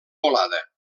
volada